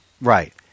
Right